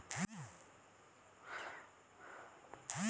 arbitrage में निवेशक के नुकसान न उठावे पड़ऽ है